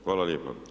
Hvala lijepa.